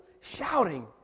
shouting